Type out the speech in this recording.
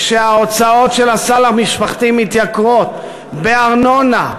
כשההוצאות של הסל המשפחתי מתייקרות בארנונה,